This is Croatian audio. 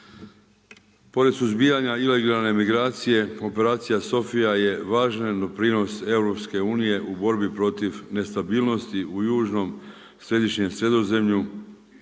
Pored suzbijanja ilegalne migracije Operacija Sofija je važan doprinos EU u borbi protiv nestabilnosti u južnom, središnjem Sredozemlju